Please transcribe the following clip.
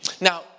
Now